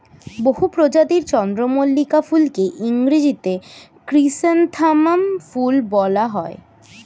বহু প্রজাতির চন্দ্রমল্লিকা ফুলকে ইংরেজিতে ক্রিস্যান্থামাম ফুল বলা হয়